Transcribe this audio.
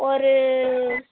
ஒரு